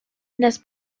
nes